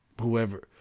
whoever